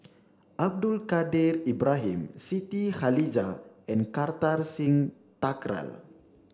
Abdul Kadir Ibrahim Siti Khalijah and Kartar Singh Thakral